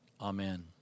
Amen